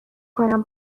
کنم